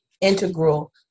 integral